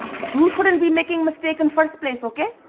you shouldn't be making mistake in first place, okay?